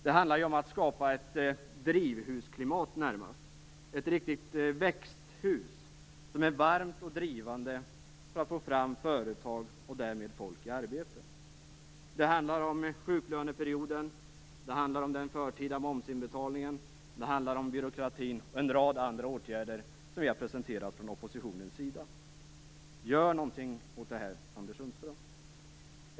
Det handlar ju om att skapa ett drivhusklimat närmast, ett riktigt växthus som är varmt och drivande för att få fram företag och därmed få folk i arbete. Det handlar om sjuklöneperioden. Det handlar om den förtida momsinbetalningen. Det handlar om byråkratin. Det handlar om en rad åtgärder som vi har presenterat från oppositionens sida. Gör något åt det här, Anders Sundström!